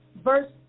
Verse